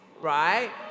right